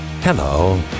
Hello